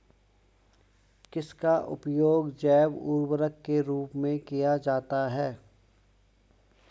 किसका उपयोग जैव उर्वरक के रूप में किया जाता है?